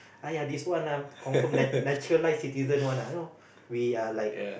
aiyah this one lah confirm like like citizen one you know we are like